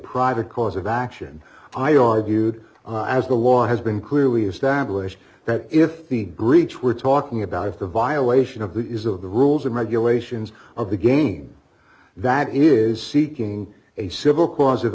private cause of action i argued as the law has been clearly established that if the breach we're talking about of the violation of the use of the rules and regulations of the game that it is seeking a civil cause of